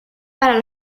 para